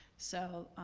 so,